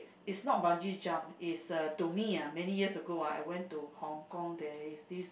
is not bungee jump is a to me many years ago I went to Hong Kong there is this